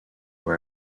were